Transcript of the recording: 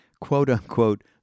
quote-unquote